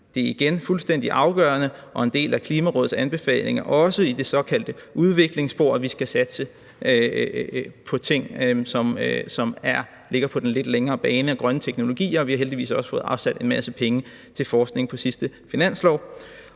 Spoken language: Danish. er igen fuldstændig afgørende og en del af Klimarådets anbefalinger, også i det såkaldte udviklingsspor, at vi skal satse på tiltag, der ligger på den lidt længere bane, med hensyn til grønne teknologier, og vi har heldigvis også fået afsat en masse penge til forskning på sidste finanslov.